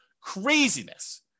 Craziness